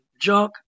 junk